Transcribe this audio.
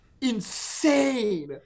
Insane